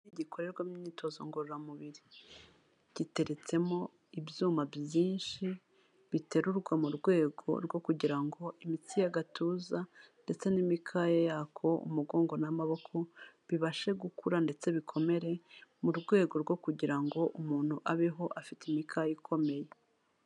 Gikorerwamo imyitozo ngororamubiri. Giteretsemo ibyuma byinshi biterurwa mu rwego rwo kugira ngo imitsi y'agatuza ndetse n'imikaya yako, umugongo n'amaboko bibashe gukura ndetse bikomere mu rwego rwo kugira ngo umuntu abeho afite imikaya ikomeye.